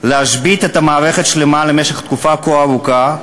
להשבית מערכת שלמה למשך תקופה כה ארוכה,